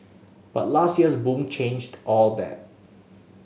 but last year's boom changed all that